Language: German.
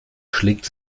schlägt